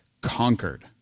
conquered